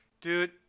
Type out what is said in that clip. Dude